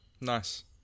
nice